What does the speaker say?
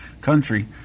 country